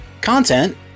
Content